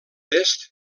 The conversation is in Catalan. est